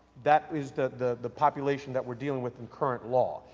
that is the the population that we're dating with in current law.